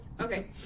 Okay